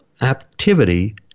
activity